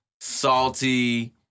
salty